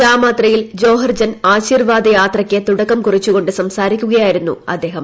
ജാമാത്രയിൽ ജോഹർജൻ ആശിർവാദ് യാത്രയ്ക്ക് തുടക്കം കുറിച്ചു കൊണ്ട് സംസാരിക്കുകയായിരുന്നു അദ്ദേഹം